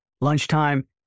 lunchtime